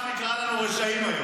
חבר שלך גפני קרא לנו "רשעים" היום.